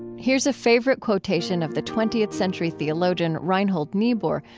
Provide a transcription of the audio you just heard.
here's a favorite quotation of the twentieth century theologian reinhold niebuhr,